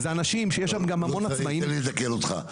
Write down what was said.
יש שם גם המון עצמאים --- תן לי לתקן אותך,